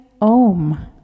om